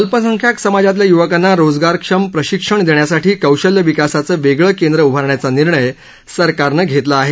अल्पसंख्याक समाजातल्या युवकांना रोजगारक्षम प्रशिक्षण देण्यासाठी कौशल्य विकासाचं वेगळं केंद्र उभारण्याचा निर्णय सरकारनं घेतला आहे